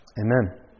Amen